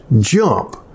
jump